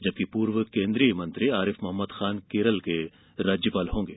जबकि पूर्व केन्द्रीय मंत्री आरिफ मोहम्मद खान केरल के राज्यपाल होंगे